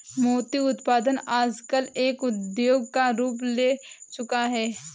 मोती उत्पादन आजकल एक उद्योग का रूप ले चूका है